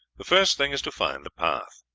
the first thing is to find the path.